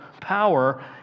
power